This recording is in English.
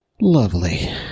Lovely